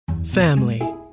family